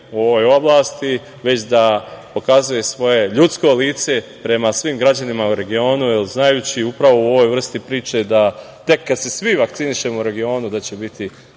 u ovoj oblasti, već pokazuje svoje ljudsko lice prema svim građanima u regionu, znajući da u ovoj vrsti priči da tek kada se svi vakcinišemo u regionu da će biti